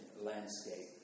landscape